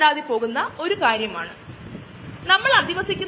നിങ്ങൾ ആദ്യം എടുത്ത പാൽ അതിനെ നമുക്ക് ഇടത്തരം എന്ന് വിളിക്കാം